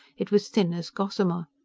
it was thin as gossamer.